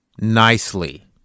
Nicely